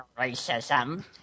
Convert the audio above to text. racism